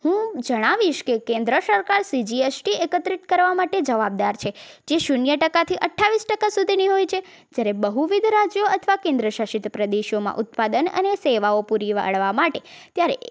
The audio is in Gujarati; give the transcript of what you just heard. હું જણાવીશ કે કેન્દ્ર સરકાર જી એસ ટી એકત્રિત કરવા માટે જવાબદાર છે જે શૂન્ય ટકાથી અઠ્ઠાવીસ ટકા સુધીની હોય છે જ્યારે બહુવિધ રાજ્યો અથવા કેન્દ્રશાસિત પ્રદેશોમાં ઉત્પાદન અને સેવાઓ પૂરી પાડવા માટે ત્યારે